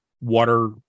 water